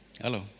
Hello